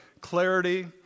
clarity